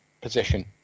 position